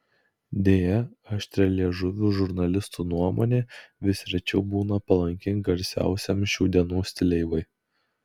deja aštrialiežuvių žurnalistų nuomonė vis rečiau būna palanki garsiausiam šių dienų stileivai